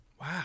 Wow